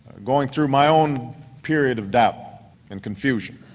going through my own period of doubt and confusion,